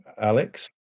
Alex